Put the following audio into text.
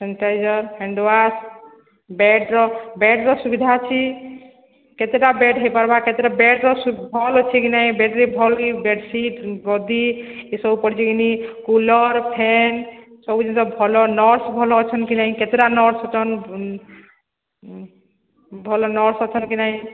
sanitiser hand wash ବେଡ଼୍ର ବେଡ଼୍ର ସୁବିଧା ଅଛି କେତେଟା ବେଡ଼୍ ହେଇପାରବା କେତେଟା ବେଡ଼୍ର ଭଲ ଅଛି କି ନାଇଁ ବେଡ଼୍ରେ ଭଲ୍ ବି ବେଡ଼୍ ସିଟ୍ ଗଦି ଏସବୁ ପଡ଼ିଛି କି ନାଇଁ କୁଲର୍ ଫ୍ୟାନ୍ ସବୁ ଜିନିଷ ଭଲ ନର୍ସ ଭଲ ଅଛନ୍ତି କି ନାହିଁ କେତେଟା ନର୍ସ ଅଛନ୍ ଭଲ ନର୍ସ ଅଛନ୍ କି ନାହିଁ